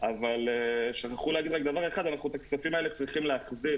אבל שכחו להגיד רק דבר אחד את הכספים האלה אנחנו צריכים להחזיר.